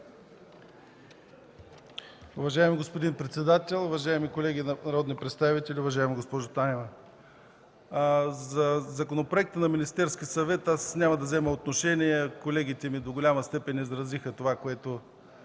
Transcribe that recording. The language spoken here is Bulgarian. Уважаеми господин председател, уважаеми колеги народни представители! Уважаема госпожо Танева, по законопроекта на Министерския съвет няма да взема отношение, защото колегите ми до голяма степен изразиха това, което